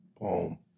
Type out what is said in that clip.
Boom